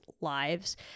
lives